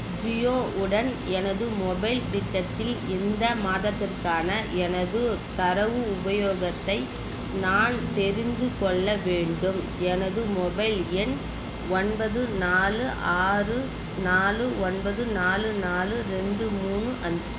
ஜியோ உடன் எனது மொபைல் திட்டத்தில் இந்த மாதத்திற்கான எனது தரவு உபயோகத்தை நான் தெரிந்துக் கொள்ள வேண்டும் எனது மொபைல் எண் ஒன்பது நாலு ஆறு நாலு ஒன்பது நாலு நாலு ரெண்டு மூணு அஞ்சு